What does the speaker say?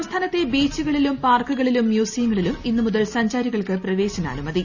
സംസ്ഥാനത്തെ ബീച്ചുകളിലും പാർക്കുകളിലും ന് മ്യൂസിയങ്ങളിലും ഇന്നു സഞ്ചാരികൾക്ക് മുതൽ പ്രവേശാനാനുമതി